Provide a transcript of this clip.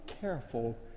careful